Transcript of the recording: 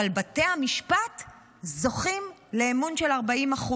אבל בתי המשפט זוכים לאמון של 40%,